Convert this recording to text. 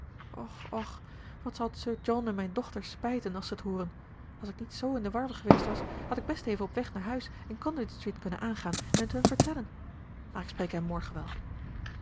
och och wat zal t sir john en mijn dochters spijten als ze t hooren als ik niet zoo in de war geweest was had ik best even op weg naar huis in conduit street kunnen aangaan en t hun vertellen maar ik spreek hen morgen wel